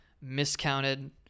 miscounted